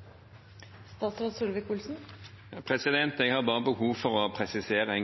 en